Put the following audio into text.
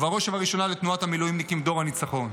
ובראש וראשונה לתנועת המילואימניקים דור הניצחון.